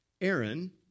Aaron